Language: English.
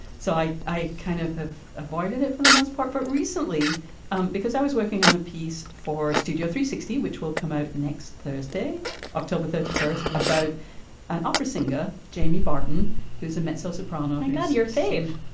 so i i kind of have avoided it for the most part but recently um because i was working on a piece for studio sixty which will come out next thursday october thirty first about an opera singer jamie barton who's a mezzo soprano got your fave.